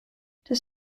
das